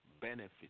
Benefit